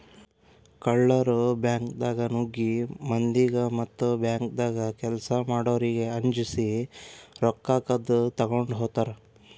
ಕಳ್ಳರ್ ಬ್ಯಾಂಕ್ದಾಗ್ ನುಗ್ಗಿ ಮಂದಿಗ್ ಮತ್ತ್ ಬ್ಯಾಂಕ್ದಾಗ್ ಕೆಲ್ಸ್ ಮಾಡೋರಿಗ್ ಅಂಜಸಿ ರೊಕ್ಕ ಕದ್ದ್ ತಗೊಂಡ್ ಹೋತರ್